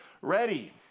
ready